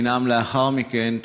אני אנאם לאחר מכן.